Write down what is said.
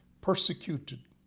persecuted